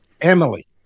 Emily